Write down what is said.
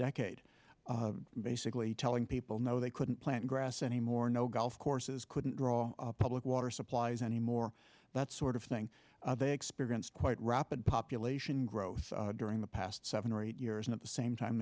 decade basically telling people no they couldn't plant grass anymore no golf courses couldn't draw public water supplies anymore that sort of thing they experienced quite rapid population growth during the past seven or eight years and at the same time